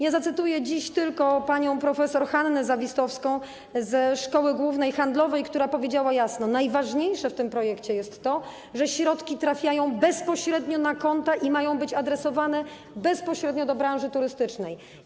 Ja zacytuję dziś tylko panią prof. Hannę Zawistowską ze Szkoły Głównej Handlowej, która powiedziała jasno: Najważniejsze w tym projekcie jest to, że środki trafiają bezpośrednio na konta i mają być adresowane bezpośrednio do branży turystycznej.